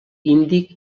índic